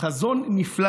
חזון נפלא